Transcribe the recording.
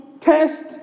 test